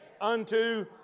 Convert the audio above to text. Unto